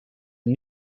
een